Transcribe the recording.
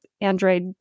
Android